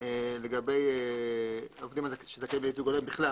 לגבי עובדים שזכאים לייצוג הולם בכלל,